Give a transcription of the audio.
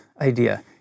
idea